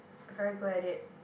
very good at it